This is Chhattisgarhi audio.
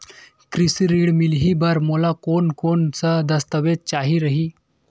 कृषि ऋण मिलही बर मोला कोन कोन स दस्तावेज चाही रही?